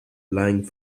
lying